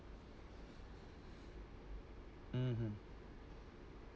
mmhmm